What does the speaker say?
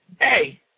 Hey